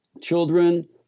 children